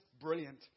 brilliant